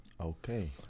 Okay